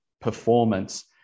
performance